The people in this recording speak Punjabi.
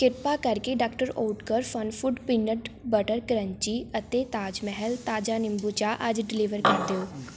ਕਿਰਪਾ ਕਰਕੇ doctor Oetker Fun Food peanut butter crunchy ਅਤੇ ਤਾਜ ਮਹਿਲ ਤਾਜ਼ਾ ਨਿੰਬੂ ਚਾਹ ਅੱਜ ਡਿਲੀਵਰ ਕਰ ਦਿਓ